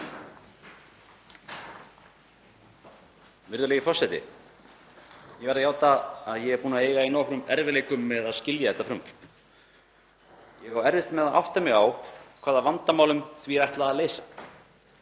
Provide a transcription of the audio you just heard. Virðulegi forseti. Ég verð að játa að ég er búinn að eiga í nokkrum erfiðleikum með að skilja þetta frumvarp. Ég á erfitt með að átta mig á hvaða vandamál því er ætlað að leysa.